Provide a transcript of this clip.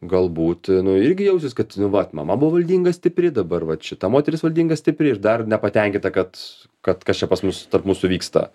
galbūt nu irgi jausis kad nu vat mama buvo valdinga stipri dabar vat šita moteris valdinga stipri ir dar nepatenkinta kad kad kas čia pas mus tarp mūsų vyksta